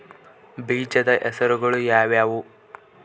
ಬೇಜದ ಹೆಸರುಗಳು ಯಾವ್ಯಾವು?